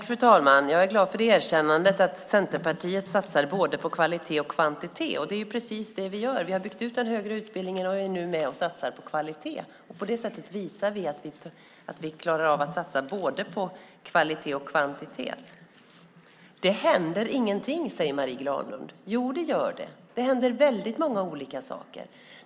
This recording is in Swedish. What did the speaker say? Fru talman! Jag är glad för erkännandet att Centerpartiet satsar på både kvalitet och kvantitet. Det är precis det vi gör. Vi har bytt ut den högre utbildningen och är nu med och satsar på kvalitet. På det sättet visar vi att vi klarar av att satsa på både kvalitet och kvantitet. Det händer ingenting, säger Marie Granlund. Jo, det gör det. Det händer väldigt många olika saker.